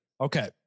Okay